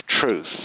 truth